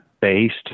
based